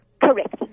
Correct